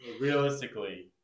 Realistically